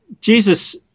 Jesus